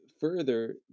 further